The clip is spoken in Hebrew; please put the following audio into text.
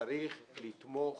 צריך לתמוך